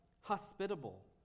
hospitable